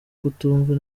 kutumva